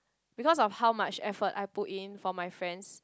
because of how much effort I put in for my friends